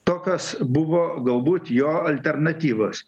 tokios buvo galbūt jo alternatyvos